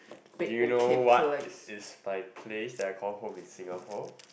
do you know what is my place that I call home in Singapore